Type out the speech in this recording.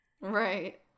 right